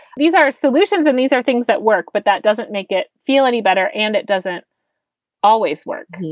these are solutions and these are things that work, but that doesn't make it feel any better. and it doesn't always work,